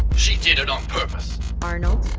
she did it on purpose arnold,